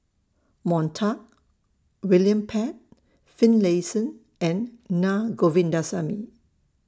Montague William Pett Finlayson and Na Govindasamy